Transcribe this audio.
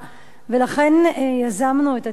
ולכן יזמנו את התיקון,